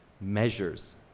measures